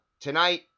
tonight